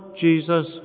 Jesus